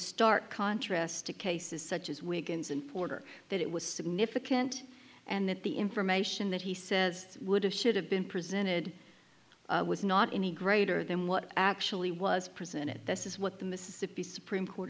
stark contrast to cases such as weekends and porter that it was significant and that the information that he says would have should have been presented was not any greater than what actually was presented this is what the mississippi supreme court